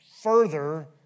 further